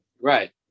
right